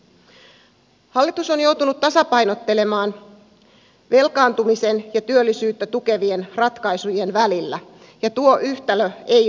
hallitus on joutunut tasapainottelemaan velkaantumisen ja työllisyyttä tukevien ratkaisujen välillä ja tuo yhtälö ei ole helppo